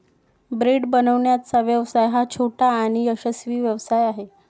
bread बनवण्याचा व्यवसाय हा छोटा आणि यशस्वी व्यवसाय आहे